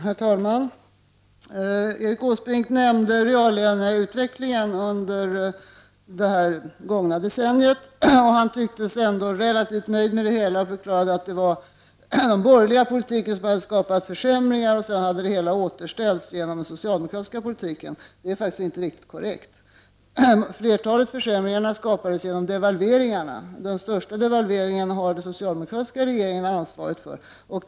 Herr talman! Erik Åsbrink nämnde reallöneutvecklingen under det gångna decenniet. Han tycks ändå relativt nöjd med det hela. Det var den borgerliga politiken som hade skapat försämringar. Sedan hade det hela återställts genom den socialdemokratiska politiken. Det är inte riktigt korrekt. Flertalet av försämringarna skapades genom devalveringarna. Den största devalveringen har den socialdemokratiska regeringen ansvaret för.